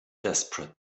desperate